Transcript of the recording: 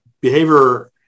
behavior